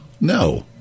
No